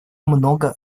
много